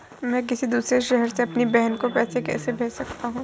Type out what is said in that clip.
मैं किसी दूसरे शहर से अपनी बहन को पैसे कैसे भेज सकता हूँ?